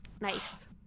Nice